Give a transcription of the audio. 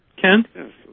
Ken